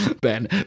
ben